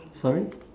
sorry